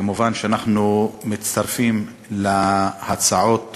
אנחנו כמובן מצטרפים להצעות